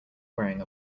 wearing